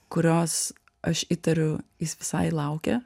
kurios aš įtariu jis visai laukė